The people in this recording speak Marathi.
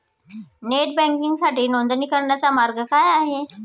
नेट बँकिंगसाठी नोंदणी करण्याचा मार्ग काय आहे?